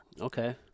Okay